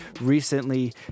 recently